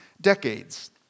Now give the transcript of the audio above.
decades